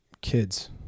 kids